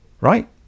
Right